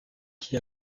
qui